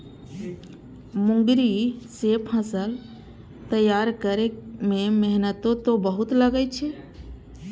मूंगरी सं फसल तैयार करै मे मेहनतो बहुत लागै छै